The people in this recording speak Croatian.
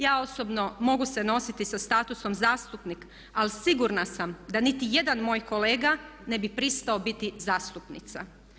Ja osobno mogu se nositi sa statusom zastupnik ali sigurna sam da niti jedan moj kolega ne bi pristao biti zastupnica.